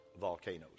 volcanoes